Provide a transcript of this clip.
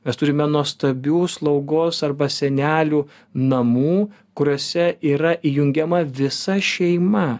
mes turime nuostabių slaugos arba senelių namų kuriuose yra įjungiama visa šeima